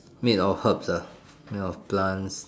made of herbs ah made of plants